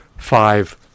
five